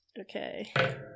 Okay